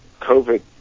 COVID